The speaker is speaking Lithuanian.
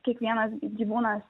kiekvienas gyvūnas